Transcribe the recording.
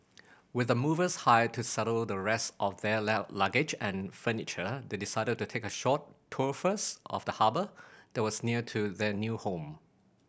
with the movers hired to settle the rest of their luggage and furniture they decided to take a short tour first of the harbour that was near their new home